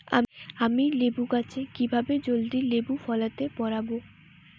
আমি লেবু গাছে কিভাবে জলদি লেবু ফলাতে পরাবো?